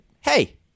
Hey